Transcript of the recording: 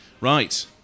Right